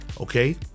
okay